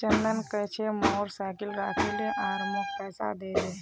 चंदन कह छ मोर साइकिल राखे ले आर मौक पैसा दे दे